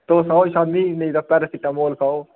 तुस सनाओ शामीं नेईं ता पेरासिटामोल खाओ